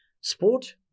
Sport